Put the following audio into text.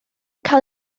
cael